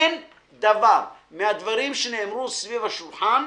אין דבר מהדברים שנאמרו סביב השולחן,